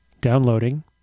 downloading